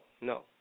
no